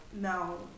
no